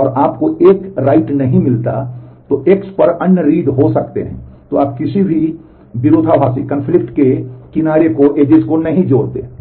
और आपको एक लेखन नहीं मिलता है तो एक्स पर अन्य रीड Iहो सकते हैं तो आप किसी भी विरोधाभासी के किनारे को नहीं जोड़ते हैं